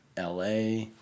la